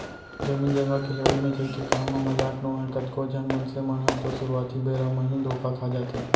जमीन जघा के लेवई बेचई के काम ह मजाक नोहय कतको झन मनसे मन ह तो सुरुवाती बेरा म ही धोखा खा जाथे